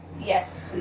Yes